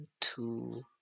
two